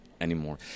anymore